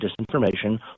disinformation